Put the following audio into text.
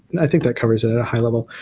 i think that covers it at a high level.